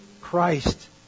Christ